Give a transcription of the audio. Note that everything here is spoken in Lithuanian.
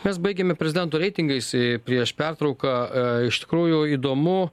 mes baigiame prezidento e reitingais prieš pertrauką iš tikrųjų įdomu